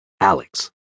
Alex